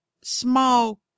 small